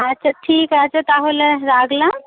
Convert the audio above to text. আচ্ছা ঠিক আছে তাহলে রাখলাম